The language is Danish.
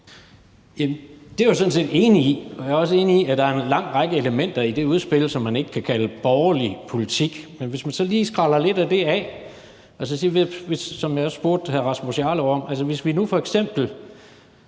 Det er jeg jo sådan set enig i, og jeg er også enig i, at der er en lang række elementer i det udspil, som man ikke kan kalde borgerlig politik, men hvad nu, hvis man så lige skræller lidt af det af, som jeg også spurgte hr. Rasmus Jarlov om? Hvis vi nu f.eks.